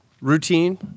routine